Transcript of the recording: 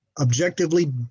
objectively